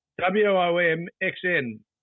W-O-M-X-N